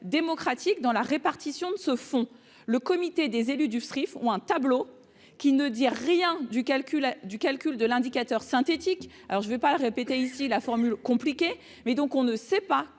démocratique dans la répartition de ce fonds, le comité des élus du Sri font un tableau qui ne dit rien du calcul du calcul de l'indicateur synthétique, alors je vais pas le répéter ici la formule compliquée mais donc, on ne sait pas